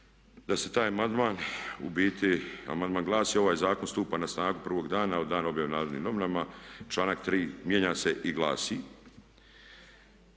da se taj amandman, ubiti amandman glasi ovaj zakon stupa na snagu prvog dana od dana objave u Narodnim novinama. Članak 3.mijenja se i glasi: